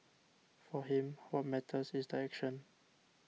for him what matters is the action